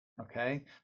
okay